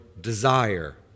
desire